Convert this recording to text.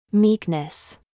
meekness